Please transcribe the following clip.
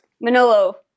Manolo